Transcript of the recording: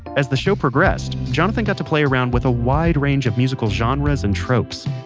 as the show progressed, jonathan got to play around with a wide range of musical genres and tropes.